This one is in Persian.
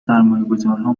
سرمایهگذارها